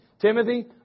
Timothy